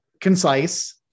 concise